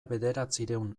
bederatziehun